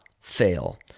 fail